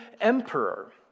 Emperor